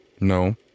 No